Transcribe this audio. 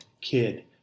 kid